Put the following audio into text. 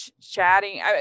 chatting